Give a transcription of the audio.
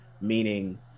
meaning